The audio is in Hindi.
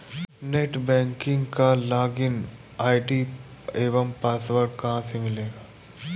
नेट बैंकिंग का लॉगिन आई.डी एवं पासवर्ड कहाँ से मिलेगा?